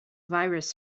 virus